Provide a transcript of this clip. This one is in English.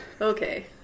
okay